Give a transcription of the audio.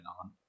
on